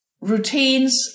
routines